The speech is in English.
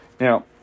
Now